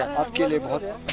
of water